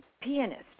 pianist